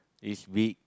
is big